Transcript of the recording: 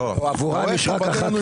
עבורם יש רק אחת,